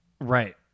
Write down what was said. Right